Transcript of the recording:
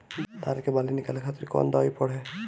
धान के बाली निकलते के कवन दवाई पढ़े?